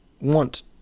want